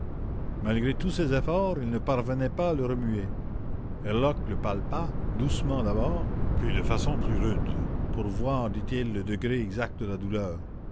malgré tous ses efforts il ne parvenait pas à le remuer herlock le palpa puis assez inquiet entra dans une pharmacie voisine où wilson éprouva le besoin de s'évanouir le